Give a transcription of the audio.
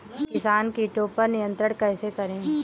किसान कीटो पर नियंत्रण कैसे करें?